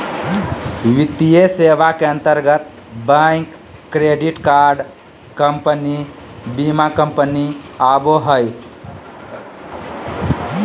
वित्तीय सेवा के अंतर्गत बैंक, क्रेडिट कार्ड कम्पनी, बीमा कम्पनी आवो हय